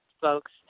folks